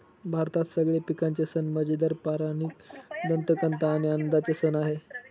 भारतात सगळे पिकांचे सण मजेदार, पौराणिक दंतकथा आणि आनंदाचे सण आहे